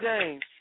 James